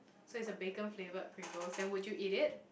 so it's a bacon flavoured Pringles then would you eat it